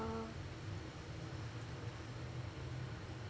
uh